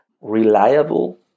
reliable